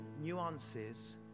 nuances